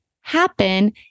happen